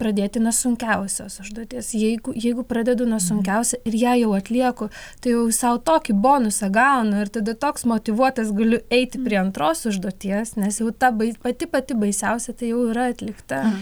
pradėti nuo sunkiausios užduoties jeigu jeigu pradedu nuo sunkiausia ir ją jau atlieku tai jau sau tokį bonusą gaunu ir tada toks motyvuotas galiu eiti prie antros užduoties nes jau ta bai pati pati baisiausia tai jau yra atlikta